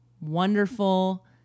wonderful